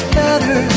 better